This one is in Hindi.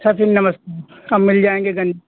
अच्छा फिर नमस कब मिल जाएंगे गंज